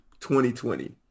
2020